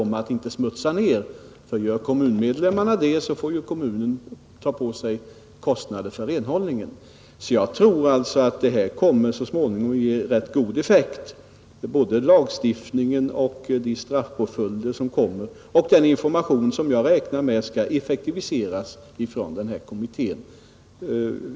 Om kommunmedlemmarna skräpar ner, får ju kommunen ta på sig kostnaderna för renhållningen, Jag tror alltså att det så småningom kommer att bli rätt god effekt av lagstiftningen, med de straffpåföljder som kommer och den information som jag räknar med skall effektiviseras av kommitteén.